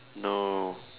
no